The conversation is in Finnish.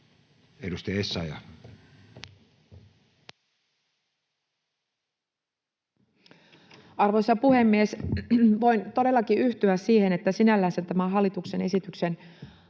Content: Arvoisa puhemies! Voin todellakin yhtyä siihen, että sinällänsä tämän hallituksen esityksen